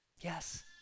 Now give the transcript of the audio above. Yes